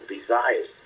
desires